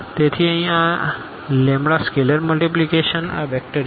તેથી અહીં આ સ્કેલેર મલ્ટીપ્લીકેશન આ વેક્ટર u